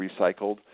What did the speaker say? recycled